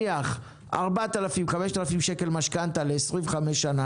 מזל שבצד הזה יש אנשים שיודעים לענות לאנשי המקצוע